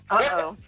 Uh-oh